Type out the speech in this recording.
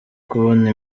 kubona